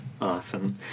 awesome